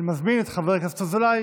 אני מזמין את חבר הכנסת אזולאי